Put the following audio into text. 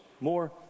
more